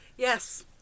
Yes